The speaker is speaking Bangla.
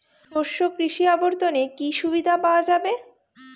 শস্য কৃষি অবর্তনে কি সুবিধা পাওয়া যাবে?